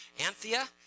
Anthea